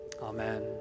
amen